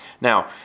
Now